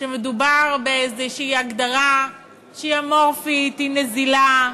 שמדובר באיזו הגדרה שהיא אמורפית, היא נזילה,